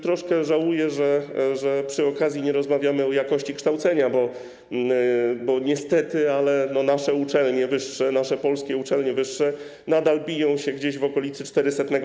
Troszkę żałuję, że przy okazji nie rozmawiamy o jakości kształcenia, bo niestety nasze uczelnie wyższe, nasze polskie uczelnie wyższe nadal pojawiają się gdzieś w okolicy 400.